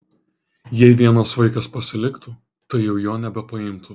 jei vienas vaikas pasiliktų tai jau jo nebepaimtų